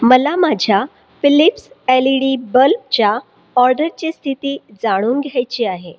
मला माझ्या Philips LED बल्बच्या ऑर्डरची स्थिती जाणून घ्यायची आहे